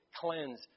Cleanse